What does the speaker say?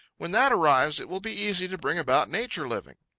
when that arrives, it will be easy to bring about nature living.